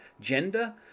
gender